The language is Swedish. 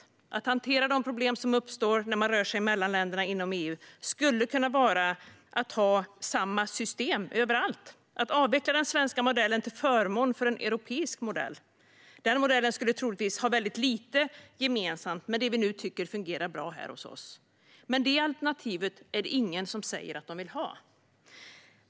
För att hantera de problem som uppstår när man rör sig mellan länderna inom EU skulle en lösning kunna vara att ha samma system överallt, att avveckla den svenska modellen till förmån för en europeisk modell. Den modellen skulle troligtvis ha väldigt lite gemensamt med det som vi nu tycker fungerar bra här hos oss. Men det är ingen som säger att de vill ha det alternativet.